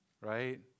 right